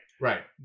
Right